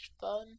fun